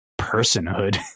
personhood